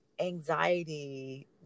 anxiety